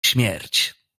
śmierć